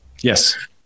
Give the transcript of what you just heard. Yes